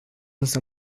însă